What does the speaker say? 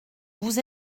vous